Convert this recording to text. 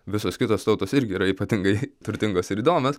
visos kitos tautos irgi yra ypatingai turtingas ir įdomios